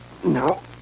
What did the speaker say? No